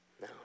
No